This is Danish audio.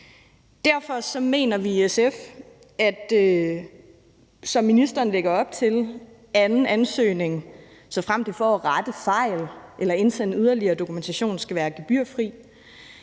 Derfor mener vi i SF, som ministeren lægger op til, at anden ansøgning, såfremt det er for at rette fejl eller indsende yderligere dokumentation, skal være gebyrfri.